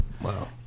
Wow